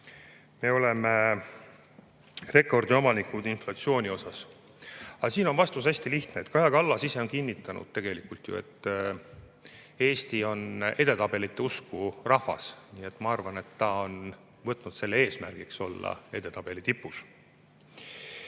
me oleme rekordiomanikud inflatsiooni poolest. Aga siin on vastus hästi lihtne. Kaja Kallas ise on kinnitanud, et Eesti on edetabelite usku rahvas. Nii et ma arvan, et ta on võtnud eesmärgiks olla selle edetabeli tipus.